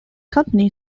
company